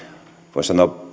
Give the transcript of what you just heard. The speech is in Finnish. voisi sanoa